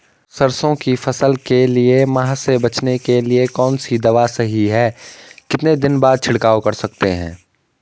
सरसों की फसल के लिए माह से बचने के लिए कौन सी दवा सही है कितने दिन बाद छिड़काव कर सकते हैं?